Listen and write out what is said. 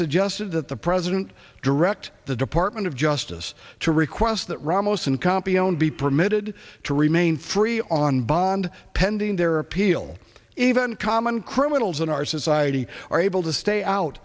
suggested that the president direct the department of justice to request that ramos and campeon be permitted to remain free on bond pending their appeal even common criminals in our society are able to stay out